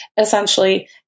Essentially